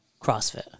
CrossFit